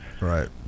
Right